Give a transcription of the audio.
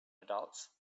adults